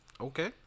Okay